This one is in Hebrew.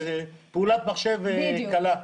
זו פעולת מחשב קלה.